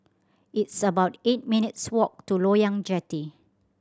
it's about eight minutes' walk to Loyang Jetty